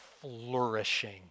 flourishing